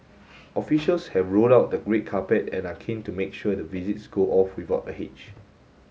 officials have rolled out the great carpet and are keen to make sure the visits go off without a hitch